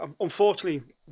Unfortunately